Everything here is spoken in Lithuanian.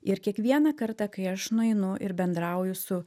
ir kiekvieną kartą kai aš nueinu ir bendrauju su